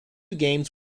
games